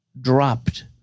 dropped